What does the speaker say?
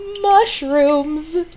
Mushrooms